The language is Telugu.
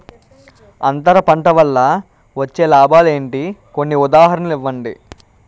అంతర పంట వల్ల వచ్చే లాభాలు ఏంటి? కొన్ని ఉదాహరణలు ఇవ్వండి?